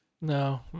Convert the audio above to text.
No